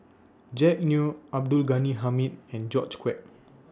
Jack Neo Abdul Ghani Hamid and George Quek